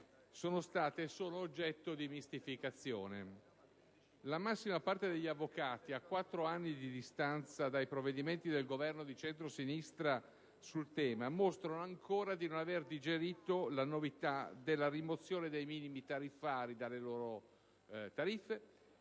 sono state solo oggetto di mistificazione. La massima parte degli avvocati, a quattro anni di distanza dai provvedimenti del Governo di centrosinistra sul tema, mostrano ancora di non aver digerito la novità della rimozione dei minimi tariffari dalle loro tariffe